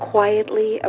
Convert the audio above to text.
Quietly